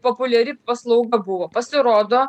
populiari paslauga buvo pasirodo